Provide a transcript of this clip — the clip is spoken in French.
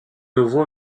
nouveau